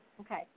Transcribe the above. Okay